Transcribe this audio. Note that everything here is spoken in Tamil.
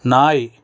நாய்